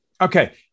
Okay